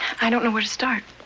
i don't know where to start.